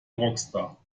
rockstar